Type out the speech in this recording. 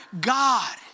God